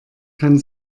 kann